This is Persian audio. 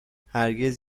هرگز